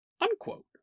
unquote